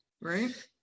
right